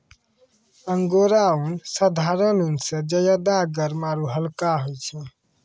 angora ऊन साधारण ऊन स ज्यादा गर्म आरू हल्का होय छै